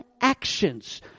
actions